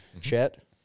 Chet